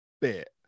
bit